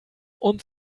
und